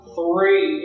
Three